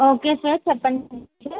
okay sir చెప్పండి sir